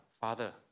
Father